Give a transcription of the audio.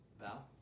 Val